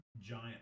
giant